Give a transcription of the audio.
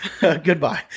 Goodbye